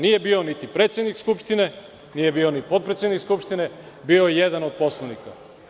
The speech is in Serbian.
Nije bio niti predsednik Skupštine, nije bio ni potpredsednik Skupštine, bio je jedan od poslanika.